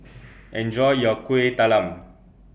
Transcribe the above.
Enjoy your Kuih Talam